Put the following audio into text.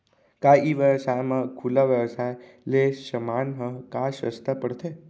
का ई व्यवसाय म खुला व्यवसाय ले समान ह का सस्ता पढ़थे?